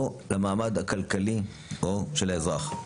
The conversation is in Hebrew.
או למעמד הכלכלי של האזרח.